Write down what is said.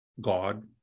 God